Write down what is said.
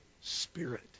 Spirit